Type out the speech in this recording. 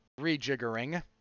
rejiggering